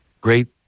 great